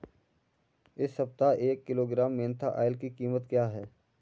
इस सप्ताह एक किलोग्राम मेन्था ऑइल की कीमत क्या है?